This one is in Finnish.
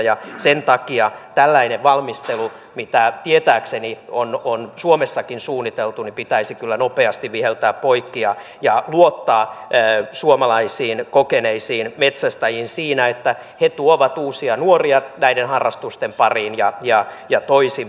ja sen takia tällainen valmistelu mitä tietääkseni on suomessakin suunniteltu pitäisi kyllä nopeasti viheltää poikki ja luottaa suomalaisiin kokeneisiin metsästäjiin siinä että he tuovat uusia nuoria näiden harrastusten pariin ja toisinpäin